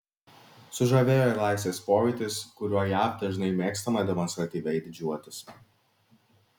sužavėjo ir laisvės pojūtis kuriuo jav dažnai mėgstama demonstratyviai didžiuotis